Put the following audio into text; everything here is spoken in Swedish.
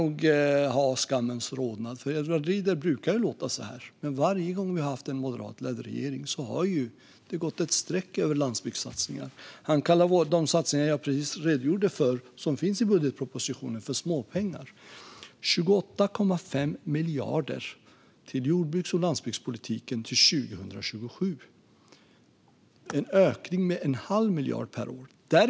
Edward Riedl brukar ju låta så här. Men varje gång som vi har haft en moderatledd regering har det dragits ett streck över landsbygdssatsningar. Han kallar de satsningar som jag precis redogjorde för i budgetpropositionen för småpengar. Vi avsätter 28,5 miljarder till jordbruks och landsbygdspolitiken till 2027. Det är en ökning med en halv miljard per år.